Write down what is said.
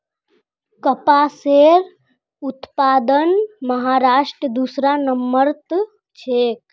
कपासेर उत्पादनत महाराष्ट्र दूसरा नंबरत छेक